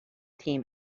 team